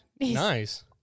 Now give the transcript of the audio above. Nice